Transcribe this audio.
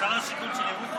שר השיכון של ירוחם?